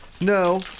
No